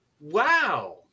wow